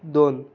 दोन